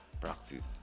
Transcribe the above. practice